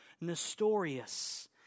Nestorius